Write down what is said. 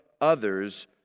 others